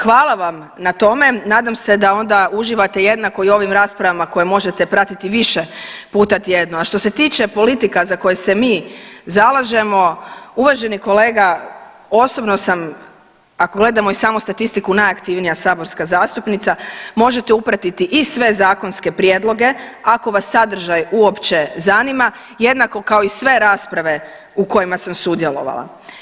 Hvala vam na tome, nadam se da onda uživate jednako i u ovim raspravama koje možete pratiti više puta tjedno, a što se tiče politika za koje se mi zalažemo, uvaženi kolega, osobno sam, ako gledamo i samo statistiku, najaktivnija saborska zastupnica, možete upratiti i sve zakonske prijedloge, ako vas sadržaj uopće zanima, jednako kao i sve rasprave u kojima sam sudjelovala.